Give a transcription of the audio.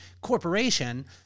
corporation